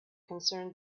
concerned